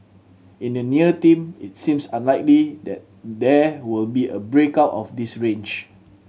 in the near team it seems unlikely that there will be a break out of this range